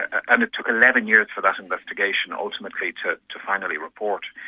and it took eleven years for that investigation ultimately to to finally report.